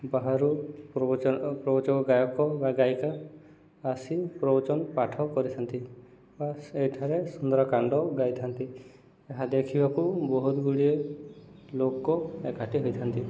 ବାହାରୁ ପ୍ରବଚକ ଗାୟକ ବା ଗାୟିକା ଆସି ପ୍ରବଚନ ପାଠ କରିଥାନ୍ତି ବା ଏଠାରେ ସୁନ୍ଦରକାଣ୍ଡ ଗାଇଥାନ୍ତି ଏହା ଦେଖିବାକୁ ବହୁତ ଗୁଡ଼ିଏ ଲୋକ ଏକାଠି ହୋଇଇଥାନ୍ତି